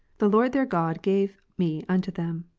the lord their god gave me unto them.